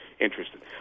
interested